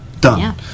Done